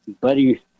Buddy